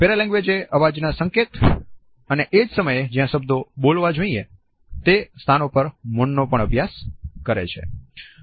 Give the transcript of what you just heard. para language એ અવાજ ના સંકેત અને એ જ સમયે જ્યાં શબ્દો બોલવા જોઈએ તે સ્થાન પરના મૌનનોપણ અભ્યાસ કરે છે